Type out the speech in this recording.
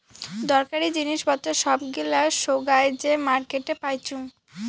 দরকারী জিনিস পত্র সব গিলা সোগায় যে মার্কেটে পাইচুঙ